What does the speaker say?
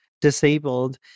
disabled